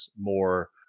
more